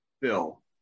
bill